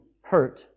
hurt